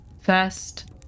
First